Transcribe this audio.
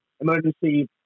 emergency